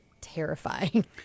terrifying